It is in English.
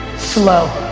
slow